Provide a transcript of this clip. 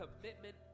commitment